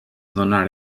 donar